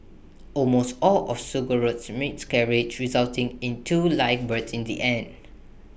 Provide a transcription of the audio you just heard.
almost all of surrogates miscarried resulting in two live births in the end